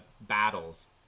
battles